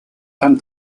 and